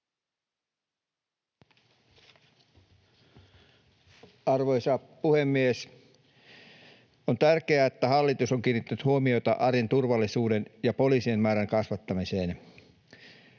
Arvoisa puhemies! On tärkeää, että hallitus on kiinnittänyt huomiota arjen turvallisuuden ja poliisien määrän kasvattamiseen.